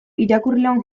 irakurleon